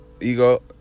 ego